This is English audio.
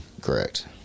Correct